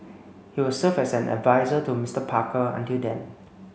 he will serve as an adviser to Mister Parker until then